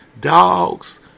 dogs